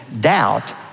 doubt